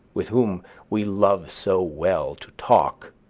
with whom we love so well to talk,